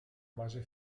base